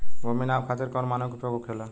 भूमि नाप खातिर कौन मानक उपयोग होखेला?